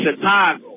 Chicago